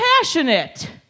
passionate